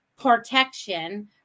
protection